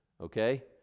Okay